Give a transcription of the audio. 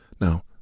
Now